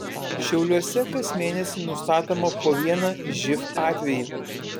šiauliuose kas mėnesį nustatoma po vieną živ atvejį